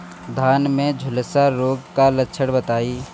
धान में झुलसा रोग क लक्षण बताई?